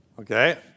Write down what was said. Okay